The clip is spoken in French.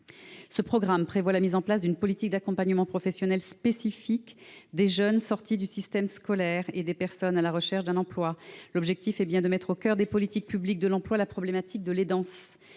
Ce programme prévoit la mise en place d'une politique d'accompagnement professionnel spécifique des jeunes sortis du système scolaire et des personnes à la recherche d'un emploi. L'objectif est de mettre au coeur des politiques publiques de l'emploi la problématique de l'aidance.